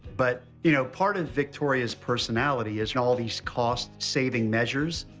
but, you know, part of victoria's personality is and all these cost-saving measures.